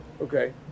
Okay